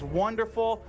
wonderful